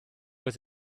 was